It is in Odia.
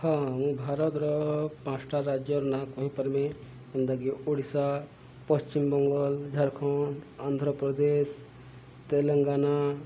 ହଁ ମୁଁ ଭାରତର ପାଞ୍ଚଟା ରାଜ୍ୟର ନାଁ କହିପାର୍ମି ଯେନ୍ତାକି ଓଡ଼ିଶା ପଶ୍ଚିମବଙ୍ଗ ଝାଡ଼ଖଣ୍ଡ ଆନ୍ଧ୍ରପ୍ରଦେଶ ତେଲେଙ୍ଗାନା